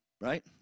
Right